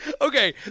Okay